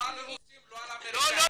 לא על רוסים, לא על אמריקאים.